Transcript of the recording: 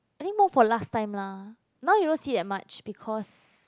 I think more for last time lah now you don't see that much because